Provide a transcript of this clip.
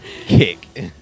kick